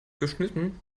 geschnitten